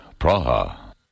Praha